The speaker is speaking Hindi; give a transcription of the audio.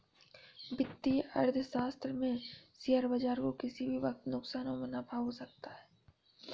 वित्तीय अर्थशास्त्र में शेयर बाजार को किसी भी वक्त नुकसान व मुनाफ़ा हो सकता है